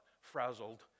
frazzled